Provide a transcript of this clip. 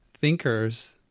thinkers